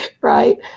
right